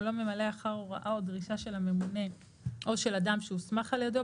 או לא ממלא אחר הוראה או דרישה של הממונה או של אדם שהוסמך על ידו,